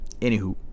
anywho